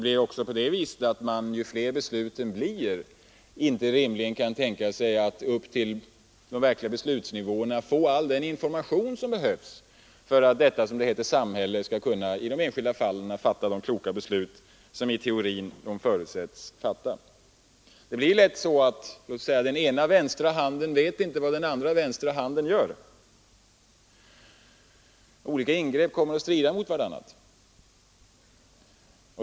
Och allteftersom besluten blir fler och fler kan man inte rimligen tänka sig att upp till de verkliga beslutsnivåerna få all den information som behövs för att ”samhället” i de enskilda fallen skall kunna ta de kloka beslut som i teorin förutsätts bli fattade. Det blir lätt så att den ena vänstra handen inte vet vad den andra vänstra handen gör — olika ingrepp kommer att strida mot varandra.